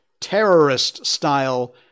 terrorist-style